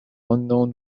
unknown